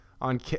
on